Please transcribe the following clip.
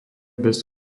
bez